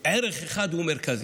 ערך אחד הוא מרכזי,